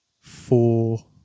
four